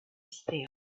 still